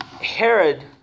Herod